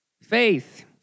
Faith